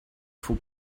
faut